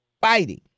fighting